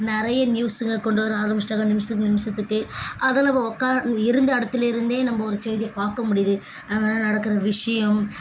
நிறைய நியூஸ்ஸுங்கள் கொண்டுவர ஆரம்பிச்சிட்டாகள் நிமிடத்துக்கு நிமிடத்துக்கு அதை நம்ம உட்கா இருந்த இடத்துல இருந்தே நம்ம ஒரு செய்தியை பார்க்க முடியுது அன்றாட நடக்கிற விஷயம்